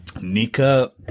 Nika